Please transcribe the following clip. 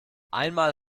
einmal